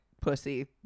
Pussy